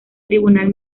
tribunal